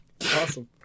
Awesome